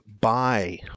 buy